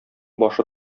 башы